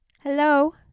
hello